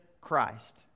Christ